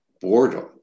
boredom